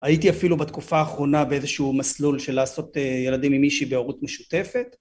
הייתי אפילו בתקופה האחרונה באיזשהו מסלול של לעשות ילדים עם אישי בהורות משותפת.